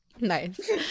Nice